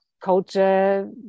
culture